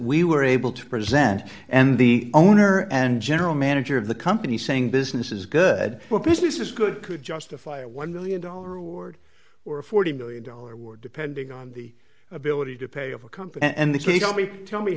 we were able to present and the owner and general manager of the company saying business is good business is good could justify a one million dollars reward or a forty million dollars war depending on the ability to pay of a company and he told me